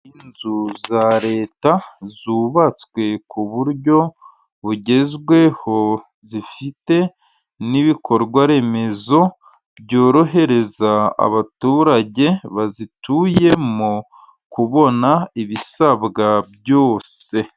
Inzu za leta zubatswe ku buryo bugezweho, zifite n'ibikorwa remezo byorohereza abaturage bazituyemo, kubona ibisabwa byose.